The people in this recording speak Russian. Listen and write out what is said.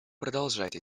продолжать